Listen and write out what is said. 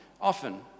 often